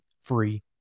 free